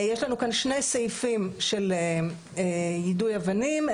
יש לנו כאן שני סעיפים של יידוי אבנים,